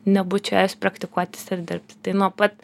nebūčiau ėjus praktikuotis ir dirbti tai nuo pat